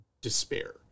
despair